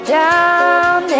down